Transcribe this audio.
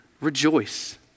rejoice